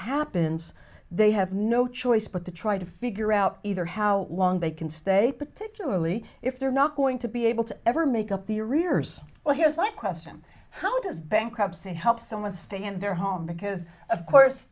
happens they have no choice but to try to figure out either how long they can stay particularly if they're not going to be able to ever make up the arrears well here's my question how does bankruptcy help someone stay in their home because of course